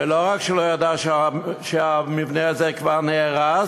ולא רק שלא ידע שהמבנה הזה כבר נהרס,